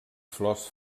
flors